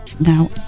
now